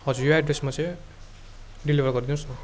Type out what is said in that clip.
हजुर यो एड्रेसमा चाहिँ डेलिभर गरिदिनु होस् न